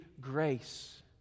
grace